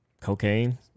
Cocaine